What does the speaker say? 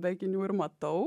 be akinių ir matau